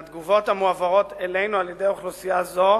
מהתגובות המועברות אלינו על-ידי אוכלוסייה זו,